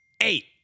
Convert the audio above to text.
Eight